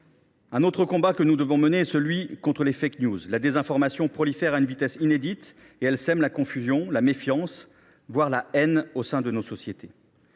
un autre combat que nous devons mener. La désinformation prolifère à une vitesse inédite et sème la confusion, la méfiance, voire la haine au sein de nos sociétés.